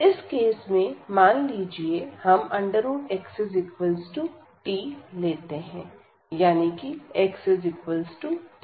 इस केस में मान लीजिए हम xt लेते हैं यानी कि xt2